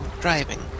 driving